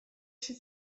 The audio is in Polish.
się